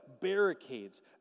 barricades